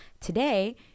today